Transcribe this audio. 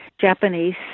Japanese